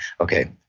Okay